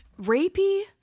Rapey